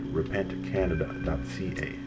repentcanada.ca